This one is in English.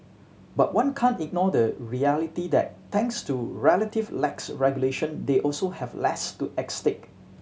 but one can't ignore the reality that thanks to relative lax regulation they also have less to at stake